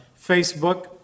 Facebook